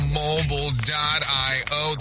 mobile.io